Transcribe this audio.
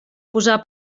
posar